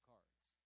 Cards